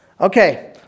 Okay